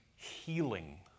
healing